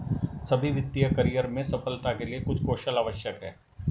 सभी वित्तीय करियर में सफलता के लिए कुछ कौशल आवश्यक हैं